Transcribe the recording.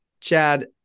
Chad